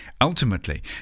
Ultimately